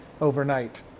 overnight